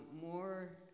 more